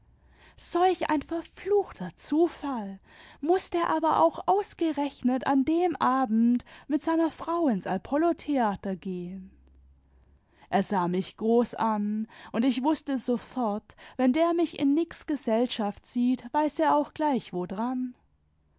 solch ein verfluchter zufall muß der aber auch ausgerechnet an dem abend mit seiner frau ins apollotheater gehen er sah mich groß an und ich wußte sofort wenn der mich in nix gesellschaft sieht weiß er auch gleich wodran